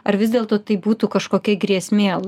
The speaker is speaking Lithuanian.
ar vis dėlto tai būtų kažkokia grėsmė